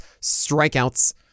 strikeouts